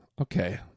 Okay